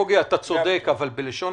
בוגי, אתה צודק, אבל אני